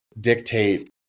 dictate